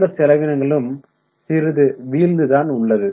மற்ற செலவினங்களும் சிறிது வீழ்ந்து தான் உள்ளது